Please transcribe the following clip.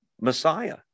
Messiah